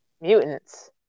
mutants